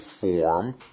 form